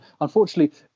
unfortunately